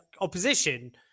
opposition